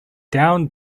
down